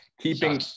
keeping